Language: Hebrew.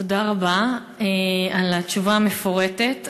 תודה רבה על התשובה המפורטת.